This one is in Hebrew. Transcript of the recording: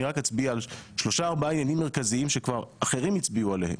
אני רק אצביע על שלושה-ארבעה ימים מרכזיים שכבר אחרים הצביעו עליהם.